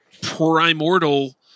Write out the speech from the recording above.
primordial